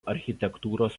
architektūros